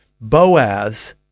Boaz